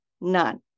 None